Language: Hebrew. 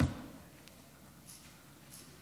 נא לסיים.